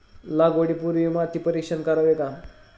लागवडी पूर्वी माती परीक्षण करावे का?